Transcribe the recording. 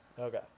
Okay